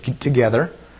together